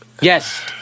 Yes